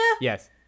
Yes